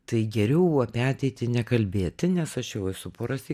tai geriau apie ateitį nekalbėti nes aš jau esu porąsyk